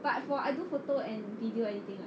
but for I do photo and video editing